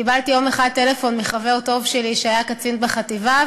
קיבלתי יום אחד טלפון מחבר טוב שלי שהיה קצין בחטיבה,